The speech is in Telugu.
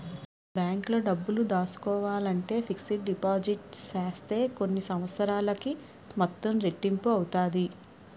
బ్యాంకులో డబ్బులు దాసుకోవాలంటే ఫిక్స్డ్ డిపాజిట్ సేత్తే కొన్ని సంవత్సరాలకి మొత్తం రెట్టింపు అవుతాది